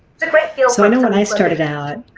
it's a great field so i know when i started out